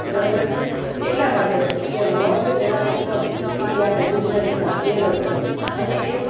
બરાબર છે એટલા માટે કે મગ ચલાવે પગ એવી આપણે ગુજરાતીમાં કહેવત છે અને એ